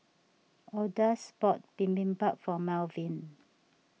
Odus bought Bibimbap for Malvin